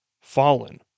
Fallen